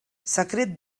secret